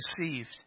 deceived